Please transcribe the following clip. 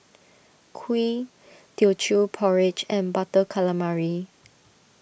Kuih Teochew Porridge and Butter Calamari